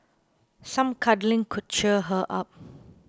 some cuddling could cheer her up